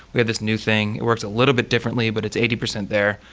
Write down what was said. we have this new thing. it works a little bit differently, but it's eighty percent there.